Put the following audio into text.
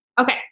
okay